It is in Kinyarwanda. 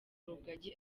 rugagi